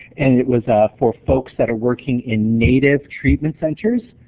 and it was for folks that are working in native treatment centers.